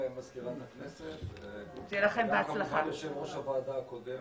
ולחברי הכנסת של הוועדה הזאת.